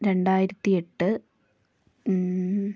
രണ്ടായിരത്തി എട്ട്